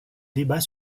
débat